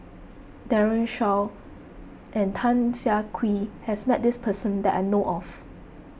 Daren Shiau and Tan Siah Kwee has met this person that I know of